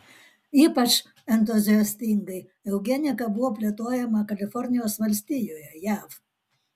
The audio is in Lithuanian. ypač entuziastingai eugenika buvo plėtojama kalifornijos valstijoje jav